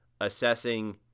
assessing